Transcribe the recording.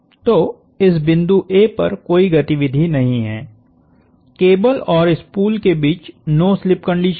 तो इस बिंदु A पर कोई गतिविधि नहीं है केबल और स्पूल के बीच नो स्लिप कंडीशन है